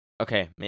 okay